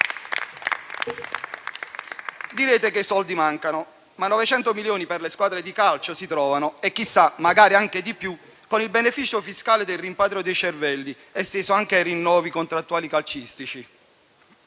Direte che i soldi mancano, ma 900 milioni per le squadre di calcio si trovano e, chissà, magari anche di più, con il beneficio fiscale del rimpatrio dei cervelli, esteso anche ai rinnovi contrattuali calcistici.